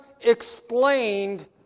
explained